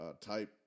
type